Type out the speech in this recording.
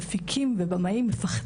מפיקים ובמאים מפחדים.